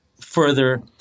further